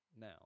now